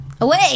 Away